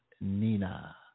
Nina